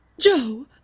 Joe